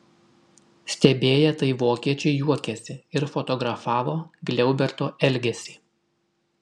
stebėję tai vokiečiai juokėsi ir fotografavo gliauberto elgesį